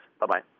Bye-bye